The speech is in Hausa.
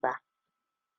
ba